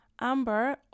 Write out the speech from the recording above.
Amber